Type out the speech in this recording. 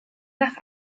nach